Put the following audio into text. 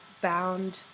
bound